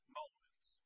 moments